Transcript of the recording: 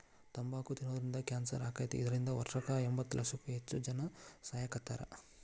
ತಂಬಾಕ್ ತಿನ್ನೋದ್ರಿಂದ ಕ್ಯಾನ್ಸರ್ ಆಕ್ಕೇತಿ, ಇದ್ರಿಂದ ವರ್ಷಕ್ಕ ಎಂಬತ್ತಲಕ್ಷಕ್ಕೂ ಹೆಚ್ಚ್ ಜನಾ ಸಾಯಾಕತ್ತಾರ